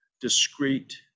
discrete